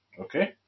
Okay